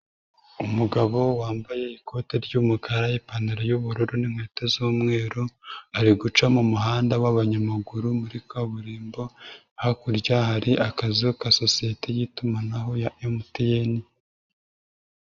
Umugabo wambaye ikoti ry'umukara, ipantaro y'ubururu n'inkweto z'umweru, ari guca mu muhanda w'abanyamaguru muri kaburimbo, hakurya hari akazu ka sosiyete y'itumanaho ya MTN.